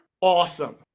Awesome